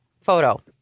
photo